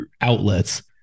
outlets